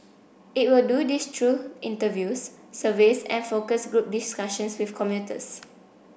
it will do this through interviews surveys and focus group discussions with commuters